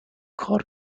کار